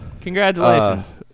Congratulations